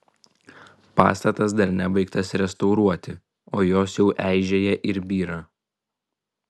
pastatas dar nebaigtas restauruoti o jos jau eižėja ir byra